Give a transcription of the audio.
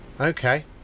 Okay